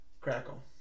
Crackle